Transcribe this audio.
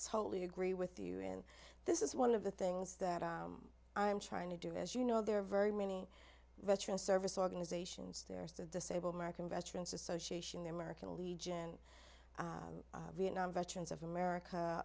totally agree with you in this is one of the things that i'm trying to do is you know there are very many veteran service organizations there's a disabled american veterans association the american legion vietnam veterans of america